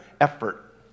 effort